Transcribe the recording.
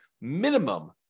minimum